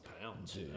pounds